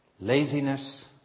Laziness